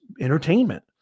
entertainment